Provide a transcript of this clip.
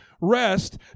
rest